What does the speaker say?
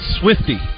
Swifty